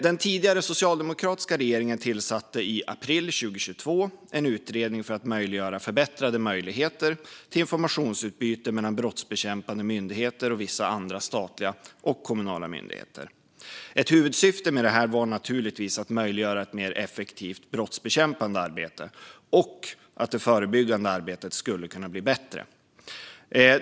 Den tidigare socialdemokratiska regeringen tillsatte i april 2022 en utredning för att möjliggöra förbättrade möjligheter till informationsutbyte mellan brottsbekämpande myndigheter och vissa andra statliga och kommunala myndigheter. Ett huvudsyfte med det var att möjliggöra ett mer effektivt brottsbekämpande arbete och att det förebyggande arbetet skulle kunna bli bättre.